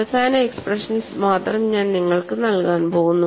അവസാന എക്സ്പ്രഷൻസ് മാത്രം ഞാൻ നിങ്ങൾക്ക് നൽകാൻ പോകുന്നു